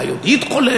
אולי עוד יתחולל,